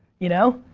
you know?